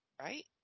right